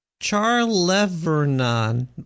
Charlevernon